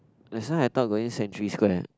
that's why I thought going Century Square